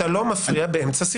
גלעד, אתה לא מפריע באמצע שיחה.